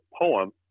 poem